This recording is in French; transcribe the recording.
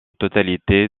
totalité